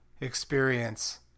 experience